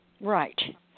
right